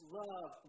love